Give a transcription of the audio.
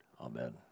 Amen